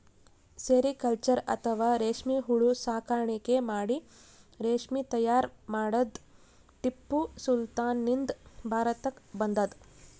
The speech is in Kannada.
ಸೆರಿಕಲ್ಚರ್ ಅಥವಾ ರೇಶ್ಮಿ ಹುಳ ಸಾಕಾಣಿಕೆ ಮಾಡಿ ರೇಶ್ಮಿ ತೈಯಾರ್ ಮಾಡದ್ದ್ ಟಿಪ್ಪು ಸುಲ್ತಾನ್ ನಿಂದ್ ಭಾರತಕ್ಕ್ ಬಂದದ್